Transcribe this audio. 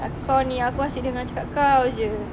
kau ni aku asyik dengar cakap kau jer